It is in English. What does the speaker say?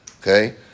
okay